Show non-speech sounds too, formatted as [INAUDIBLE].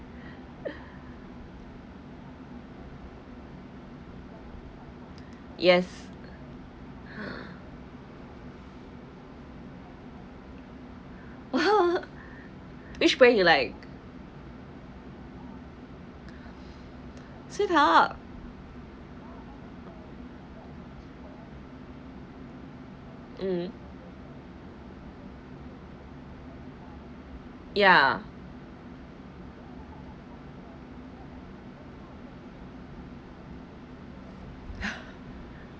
yes [LAUGHS] which paying you like seat up mm ya [LAUGHS]